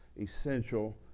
essential